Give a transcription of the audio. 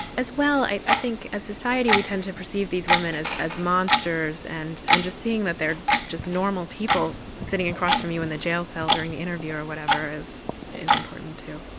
as well i think as a society we tend to perceive these women as as monsters and and just seeing that they're just normal people sitting across from you in the jail cells or in the interview or whatever is is important too.